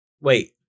wait